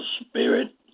spirit